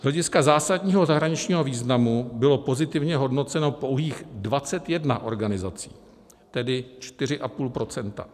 Z hlediska zásadního zahraničního významu bylo pozitivně hodnoceno pouhých 21 organizací, tedy 4,5 %.